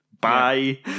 bye